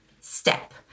step